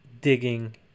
digging